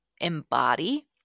embody